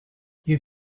you